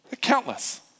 Countless